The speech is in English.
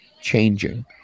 changing